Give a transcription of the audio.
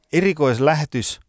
erikoislähetys